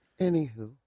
Anywho